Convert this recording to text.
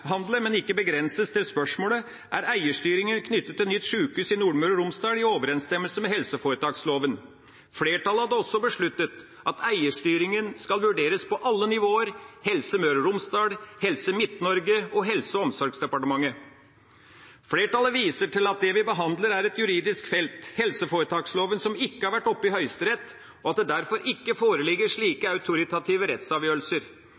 men ikke begrenses til, spørsmålet: Er eierstyring knyttet til nytt sykehus i Nordmøre og Romsdal i overensstemmelse med helseforetaksloven? Flertallet hadde også besluttet at eierstyringa skal vurderes på alle nivåer: Helse Møre og Romsdal, Helse Midt-Norge og Helse- og omsorgsdepartementet. Flertallet viser til at det vi behandler, er et juridisk felt. Helseforetaksloven har ikke vært oppe i Høyesterett, og det foreligger derfor ikke slike autoritative rettsavgjørelser.